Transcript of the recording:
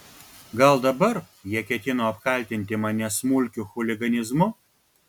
gal dabar jie ketino apkaltinti mane smulkiu chuliganizmu